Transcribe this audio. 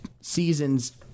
seasons